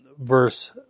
verse